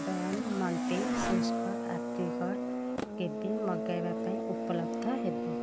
Don ମଣ୍ଟେ ଶୁଷ୍କ apricot କେବେ ମଗାଇବା ପାଇଁ ଉପଲବ୍ଧ ହେବ